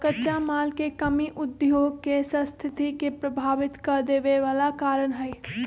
कच्चा माल के कमी उद्योग के सस्थिति के प्रभावित कदेवे बला कारण हई